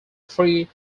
three